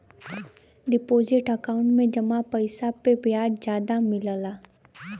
deposit account में जमा पइसा पे ब्याज जादा मिलला